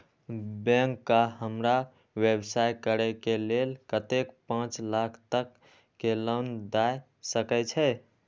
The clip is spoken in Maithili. बैंक का हमरा व्यवसाय करें के लेल कतेक पाँच लाख तक के लोन दाय सके छे?